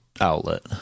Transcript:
outlet